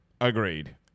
Agreed